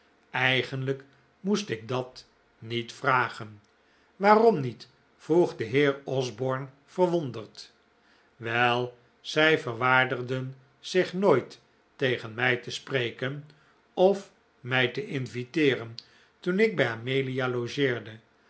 eigenlijk moest ik dat niet vragen waarom niet vroeg de heer osborne verwonderd wel zij verwaardigden zich nooit tegen mij te spreken of mij te inviteeren toen ik bij amelia logeerde